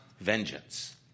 vengeance